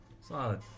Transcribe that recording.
Solid